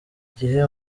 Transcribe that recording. gihe